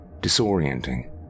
disorienting